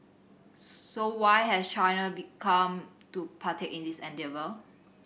so why has China become to partake in this endeavour